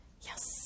Yes